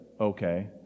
okay